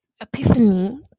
epiphany